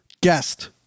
guest